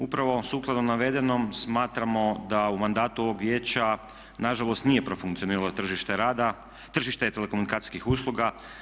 Upravo sukladno navedenom smatramo da u mandatu ovog vijeća nažalost nije profunkcioniralo tržište rada, tržište telekomunikacijskih usluga.